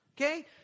Okay